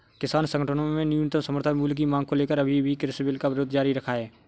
किसान संगठनों ने न्यूनतम समर्थन मूल्य की मांग को लेकर अभी भी कृषि बिल का विरोध जारी रखा है